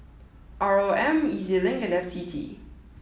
R O M E Z Link and F T T